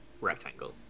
rectangle